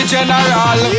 General